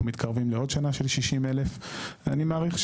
מתקרבים לעוד שנה של 60,000 אני מעריך,